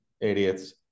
idiots